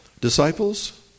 Disciples